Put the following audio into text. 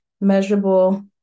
Measurable